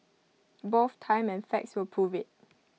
both time and facts will prove IT